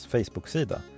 Facebook-sida